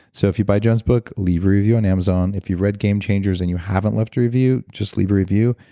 so if you buy joan's book, leave review on amazon. if you've read game changers and you haven't left a review, just leave a review.